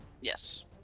Yes